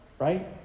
right